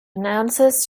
announces